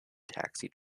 taxi